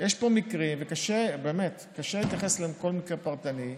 יש פה מקרים, וקשה להתייחס לכל מקרה פרטנית,